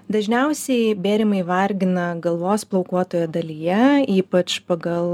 dažniausiai bėrimai vargina galvos plaukuotoje dalyje ypač pagal